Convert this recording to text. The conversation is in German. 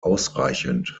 ausreichend